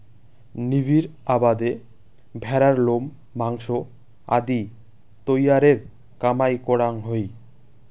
নিবিড় আবাদে ভ্যাড়ার লোম, মাংস আদি তৈয়ারের কামাই করাং হই